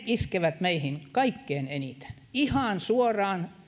iskevät meihin kaikkein eniten ihan suoraan